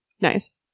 Nice